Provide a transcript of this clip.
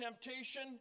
temptation